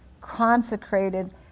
consecrated